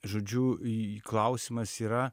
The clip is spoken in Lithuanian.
žodžiu į klausimas yra